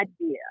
idea